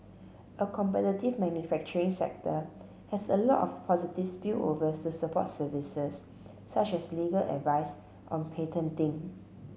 a competitive manufacturing sector has a lot of positive spillovers support services such as legal advice on patenting